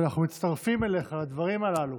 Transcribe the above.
ואנחנו מצטרפים אליך לדברים הללו.